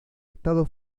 estado